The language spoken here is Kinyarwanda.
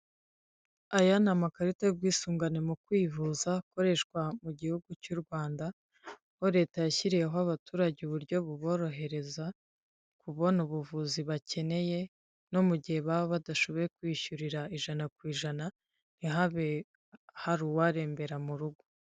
Aya ni amakarita y'ubwisungane mu kwivuza, akoreshwa mu gihugu cy'u Rwanda. Aho leta yashyiriyeho abaturage uburyo buborohereza kubona ubuvuzi bakeneye, no mu gihe baba badashoboye kwiyishyurira ijana ku ijana, ntihabe hari uwarembera mu rugo.